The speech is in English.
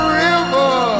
river